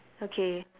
okay